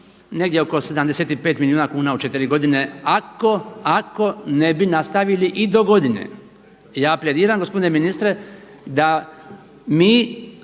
negdje oko 75 milijuna kuna u četiri godine ako ne bi nastavili i do godine. Ja apeliram gospodine ministre da mi